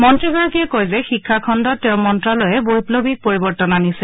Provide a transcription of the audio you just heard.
মন্ত্ৰীগৰাকীয়ে কয় যে শিক্ষাখণ্ডত তেওঁৰ মন্তালয়ে বৈপ্লৱিক পৰিবৰ্তন আনিছে